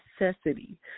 necessity